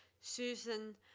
Susan